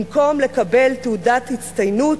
במקום לקבל תעודת הצטיינות